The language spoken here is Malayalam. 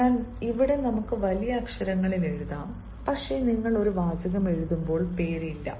അതിനാൽ ഇവിടെ നമുക്ക് വലിയ അക്ഷരങ്ങളിൽ എഴുതാം പക്ഷേ നിങ്ങൾ ഒരു വാചകം എഴുതുമ്പോൾ പേര് ഇല്ല